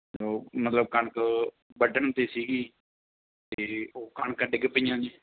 ਉਹ ਮਤਲਬ ਕਣਕ ਵੱਢਣ 'ਤੇ ਸੀਗੀ ਅਤੇ ਉਹ ਕਣਕਾਂ ਡਿਗ ਪਈਆਂ ਜੀ